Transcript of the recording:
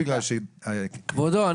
כבודו,